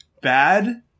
bad